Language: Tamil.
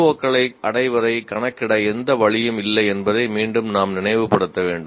CO களை அடைவதை கணக்கிட எந்த வழியும் இல்லை என்பதை மீண்டும் நாம் நினைவுபடுத்த வேண்டும்